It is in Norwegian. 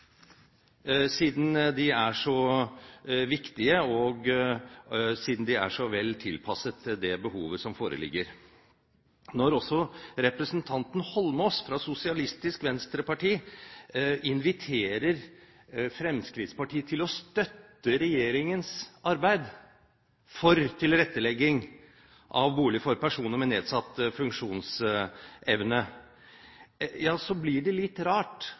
siden de er så viktige, og siden de er så vel tilpasset det behovet som foreligger. Når også representanten Holmås, fra Sosialistisk Venstreparti, inviterer Fremskrittspartiet til å støtte regjeringens arbeid for tilrettelegging av boliger for personer med nedsatt funksjonsevne, ja, så blir det litt rart